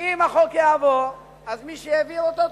כי אם החוק יעבור, אז מי שהעביר אותו צודק.